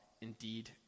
Indeed